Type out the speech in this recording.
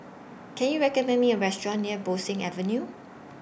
Can YOU recommend Me A Restaurant near Bo Seng Avenue